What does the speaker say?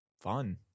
fun